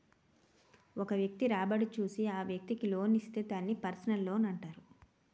ఒక వ్యక్తి రాబడి చూసి ఆ వ్యక్తికి లోన్ ఇస్తే దాన్ని పర్సనల్ లోనంటారు